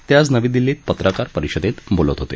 ते आज नवी दिल्लीत पत्रकार परिषदेत बोलत होते